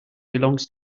belongs